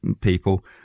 people